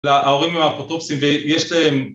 ‫להורים והפרוטופסים ויש להם...